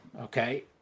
Okay